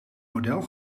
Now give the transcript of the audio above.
model